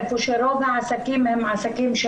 איפה שרוב העסקים הם עסקים,